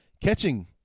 catching